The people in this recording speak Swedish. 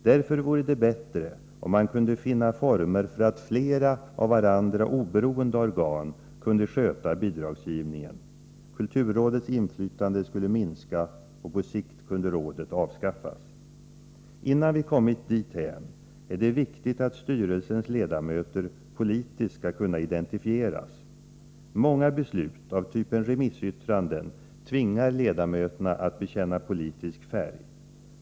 Därför vore det bättre om man kunde finna former för att låta flera, av varandra oberoende organ sköta bidragsgivningen. Kulturrådets inflytande skulle minska, och på sikt kunde rådet avskaffas. Innan vi kommit dithän är det viktigt att styrelsens ledamöter politiskt skall kunna identifieras. Många beslut, exempelvis beslut i samband med remissyttranden, tvingar ledamöterna att bekänna politisk färg.